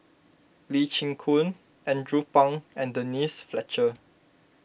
Lee Chin Koon Andrew Phang and Denise Fletcher